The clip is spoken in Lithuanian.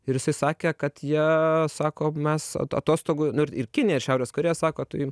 ir jisai sakė kad jie sako mes atostogų ir kinija ir šiaurės korėja sako tai